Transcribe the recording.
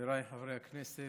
חבריי חברי הכנסת,